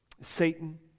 satan